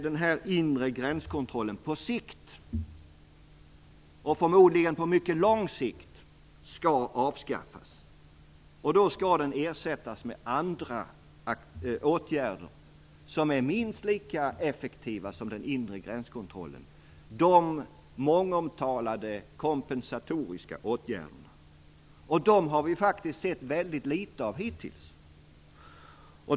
Den inre gränskontrollen skall på sikt, förmodligen på mycket lång sikt, avskaffas. Den skall ersättas med andra åtgärder som är minst lika effektiva som den inre gränskontrollen - de mångomtalade kompensatoriska åtgärderna. Vi har faktiskt sett väldigt litet av dem hittills.